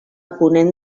ponent